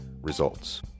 Results